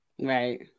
right